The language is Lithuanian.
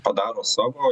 padaro savo